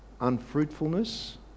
unfruitfulness